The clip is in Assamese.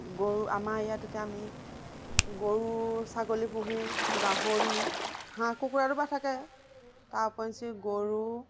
গৰু আমাৰ ইয়াত এতিয়া আমি গৰু ছাগলী পোহো গাহৰি হাঁহ কুকুৰাটো বা থাকে তাৰ ওপৰঞ্চি গৰু